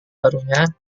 barunya